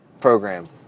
program